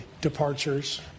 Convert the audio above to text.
departures